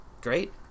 great